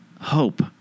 hope